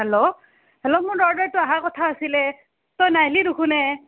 hello hello মোৰ অৰ্ডাৰটো অহাৰ কথা আছিলে তো নাহলি দেখোন এ